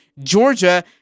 Georgia